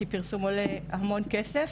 כי פרסום עולה המון כסף.